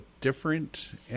different